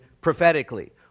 prophetically